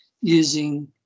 using